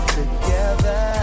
together